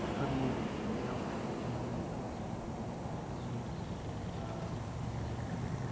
सोरकारनि सायाव आंनि जि ओह बुंनाय